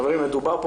חברים, מדובר פה